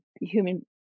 human